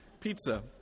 Pizza